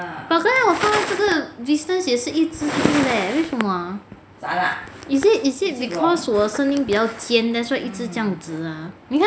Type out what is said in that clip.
but 刚才我放在这个 distance 也是一直出 leh 为什么 !huh! is it is it because 我声音比较尖 that's why 一直这样子啊